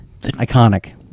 Iconic